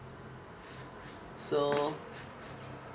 so